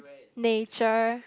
nature